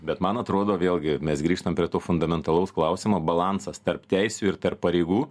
bet man atrodo vėlgi mes grįžtam prie to fundamentalaus klausimo balansas tarp teisių ir tarp pareigų